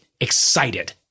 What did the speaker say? excited